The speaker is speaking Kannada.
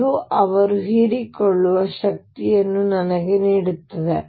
ಅದು ಅವರು ಹೀರಿಕೊಳ್ಳುವ ಶಕ್ತಿಯನ್ನು ನನಗೆ ನೀಡುತ್ತದೆ